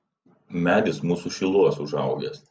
medis mūsų šiluos užaugęs